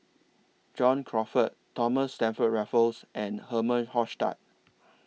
John Crawfurd Thomas Stamford Raffles and Herman Hochstadt